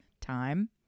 time